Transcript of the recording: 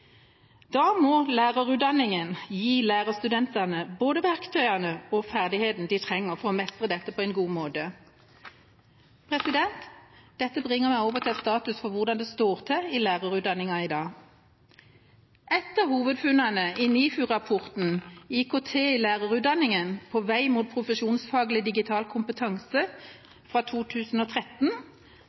trenger for å mestre dette på en god måte. Dette bringer meg over til status for hvordan det står til i lærerutdanningen i dag. Et av hovedfunnene i NIFU-rapporten «IKT i lærerutdanningen – på vei mot profesjonsfaglig digital kompetanse?» fra 2013